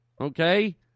Okay